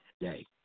day